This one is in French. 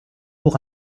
pour